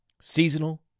seasonal